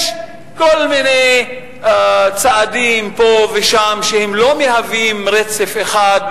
יש כל מיני צעדים פה ושם שלא מהווים רצף אחד,